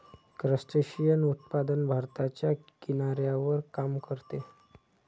crustacean उत्पादन भारताच्या किनाऱ्यावर काम करते